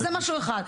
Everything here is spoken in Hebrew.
זה משהו אחד.